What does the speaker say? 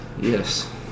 Yes